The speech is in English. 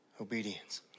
obedience